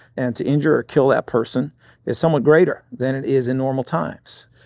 and to injure or kill that person is somewhat greater than it is in normal times.